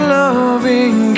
loving